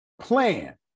plan